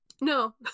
No